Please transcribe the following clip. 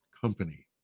company